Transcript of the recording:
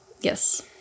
Yes